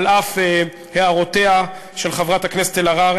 על אף הערותיה של חברת הכנסת אלהרר,